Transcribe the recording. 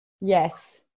yes